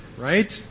right